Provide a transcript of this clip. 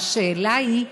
והשאלה היא,